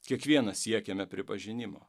kiekvienas siekiame pripažinimo